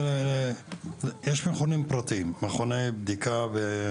יש מכונים פרטיים, מכוני בדיקה.